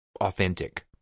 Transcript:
authentic